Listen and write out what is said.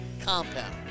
COMPOUND